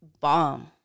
bomb